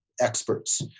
experts